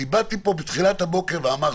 באתי פה בתחילת הבוקר ואמרתי: